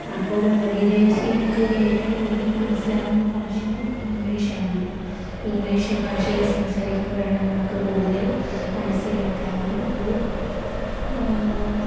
അപ്പോള് വിദേശികൾക്ക് ഏറ്റവും കൂടുതല് മനസ്സിലാകുന്ന ഭാഷ ഇങ്ക്ളീഷാണ് ഇങ്ക്ളീഷ് ഭാഷയിൽ സംസാരിക്കുമ്പോഴാണവർക്ക് കൂടുതൽ മനസ്സിലാക്കാനും അത്